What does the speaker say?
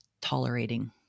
tolerating